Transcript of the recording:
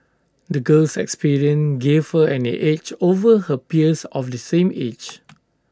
the girl's experiences gave her an edge over her peers of the same age